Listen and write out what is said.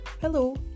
Hello